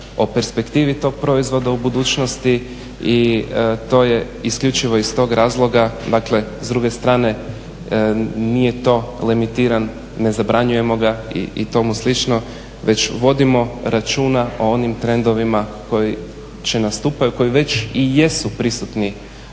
o perspektivi tog proizvoda u budućnosti i to je isključivo iz tog razloga dakle s druge strane nije to limitiran, ne zabranjujemo ga i tomu slično već vodimo računa o onim trendovima koji nastupaju koji već i jesu prisutni